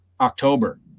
October